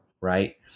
right